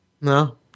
No